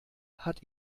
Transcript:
hat